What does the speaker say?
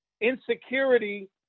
insecurity